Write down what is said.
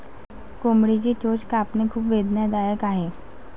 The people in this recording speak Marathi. कोंबडीची चोच कापणे खूप वेदनादायक आहे